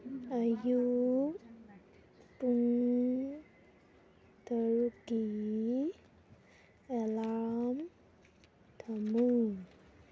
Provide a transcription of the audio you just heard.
ꯑꯌꯨꯛ ꯄꯨꯡ ꯇꯔꯨꯛꯀꯤ ꯑꯦꯂꯥꯔꯝ ꯊꯝꯃꯨ